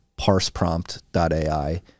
parseprompt.ai